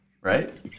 right